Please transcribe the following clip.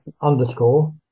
underscore